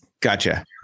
Gotcha